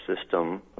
system